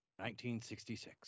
1966